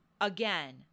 Again